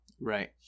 Right